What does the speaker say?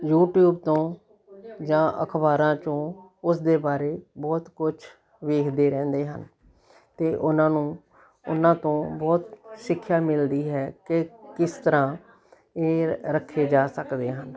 YouTube ਤੋਂ ਜਾਂ ਅਖਬਾਰਾਂ 'ਚੋਂ ਉਸਦੇ ਬਾਰੇ ਬਹੁਤ ਕੁਝ ਵੇਖਦੇ ਰਹਿੰਦੇ ਹਨ ਅਤੇ ਉਹਨਾਂ ਨੂੰ ਉਹਨਾਂ ਤੋਂ ਬਹੁਤ ਸਿੱਖਿਆ ਮਿਲਦੀ ਹੈ ਕਿ ਕਿਸ ਤਰ੍ਹਾਂ ਇਹ ਰੱਖੇ ਜਾ ਸਕਦੇ ਹਨ